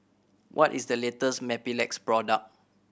what is the latest Mepilex product